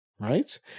right